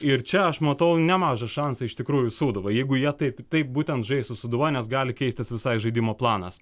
ir čia aš matau nemažą šansą iš tikrųjų sūduvai jeigu jie taip taip būtent žais su sūduva nes gali keistis visai žaidimo planas